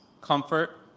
comfort